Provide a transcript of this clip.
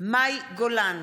מאי גולן,